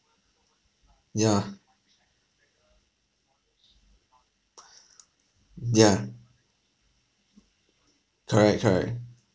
yeah mm yeah correct correct